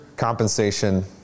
compensation